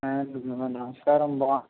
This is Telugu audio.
నమస్కారం బాగున్